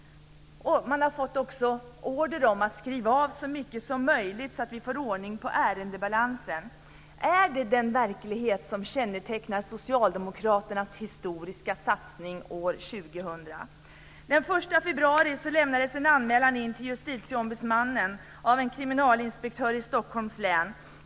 Man har också fått order om att skriva av så mycket som möjligt för att det ska bli ordning på ärendebalansen. Är det den verkligheten som kännetecknar Socialdemokraternas historiska satsning år 2000? Den 1 februari lämnades en anmälan in till Justitieombudsmannen av en kriminalinspektör i Stockholms län.